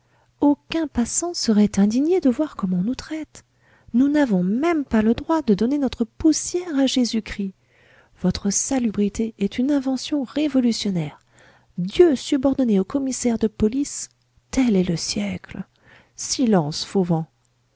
aucuns passants seraient indignés de voir comme on nous traite nous n'avons même pas le droit de donner notre poussière à jésus-christ votre salubrité est une invention révolutionnaire dieu subordonné au commissaire de police tel est le siècle silence fauvent